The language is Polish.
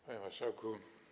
Panie Marszałku!